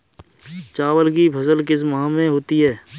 चावल की फसल किस माह में होती है?